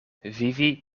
vivi